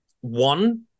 one